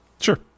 Sure